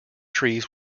trees